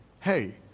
hey